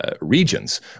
regions